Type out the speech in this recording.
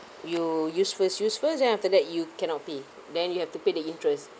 you use first use first then after that you cannot pay then you have to pay the interest